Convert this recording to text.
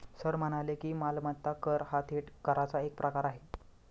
sir म्हणाले की, मालमत्ता कर हा थेट कराचा एक प्रकार आहे